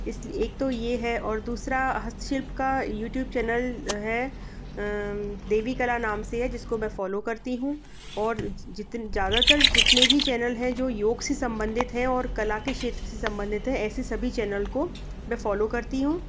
इस एक तो ये है और दूसरा हस्तशिल्प का यूट्यूब चैनल है देवीकला नाम से है जिसको मैं फॉलो करती हूँ और ज़्यादातर जितने भी चैनल हैं जो योग से संबंधित हैं और कला के क्षेत्र से संबंधित हैं ऐसे सभी चैनल को मैं फॉलो करती हूँ